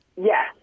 Yes